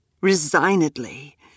resignedly